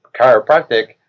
chiropractic